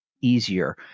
easier